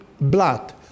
blood